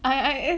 I I it